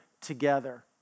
together